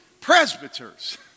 presbyters